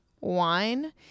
wine